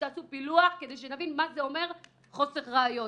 שתעשו פילוח כדי שנבין מה זה אומר חוסר ראיות.